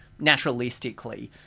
naturalistically